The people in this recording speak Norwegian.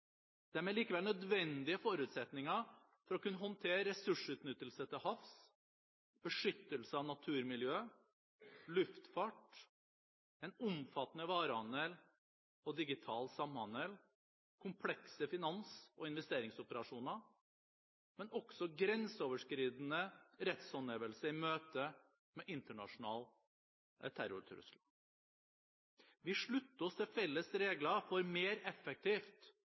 er likevel nødvendige forutsetninger for å kunne håndtere ressursutnyttelse til havs, beskyttelse av naturmiljøet, luftfart, en omfattende varehandel og digital samhandel, komplekse finans- og investeringsoperasjoner, men også grenseoverskridende rettshåndhevelse i møte med internasjonale terrortrusler. Vi slutter oss til felles regler for mer effektivt